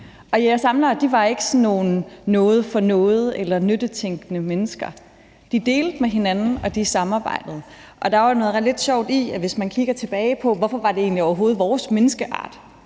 og jægere-samlere var ikke sådan nogle med noget for noget eller nyttetænkende mennesker. De delte med hinanden, og de samarbejdede, og der er jo noget lidt sjovt i, at hvis man kigger tilbage på, hvorfor det egentlig overhovedet var vores menneskeart,